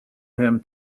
him